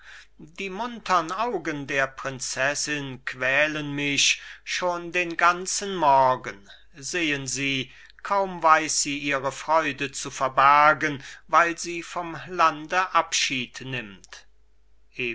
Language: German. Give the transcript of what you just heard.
die muntern augen der prinzessin quälen mich schon den ganzen morgen sehen sie kaum weiß sie ihre freude zu verbergen weil sie vom lande abschied nimmt